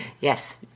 Yes